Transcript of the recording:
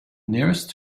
nearest